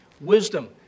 Wisdom